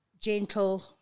gentle